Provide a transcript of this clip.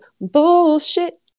bullshit